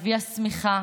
הביאה שמיכה,